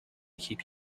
keep